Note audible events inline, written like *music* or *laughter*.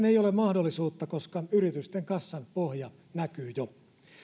*unintelligible* ei ole mahdollisuutta koska yritysten kassanpohja näkyy jo